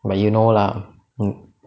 but you know lah